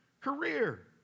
career